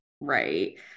right